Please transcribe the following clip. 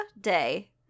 day